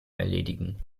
erledigen